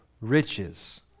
riches